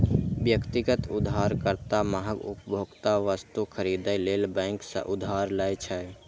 व्यक्तिगत उधारकर्ता महग उपभोक्ता वस्तु खरीदै लेल बैंक सं उधार लै छै